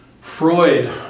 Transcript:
Freud